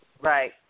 Right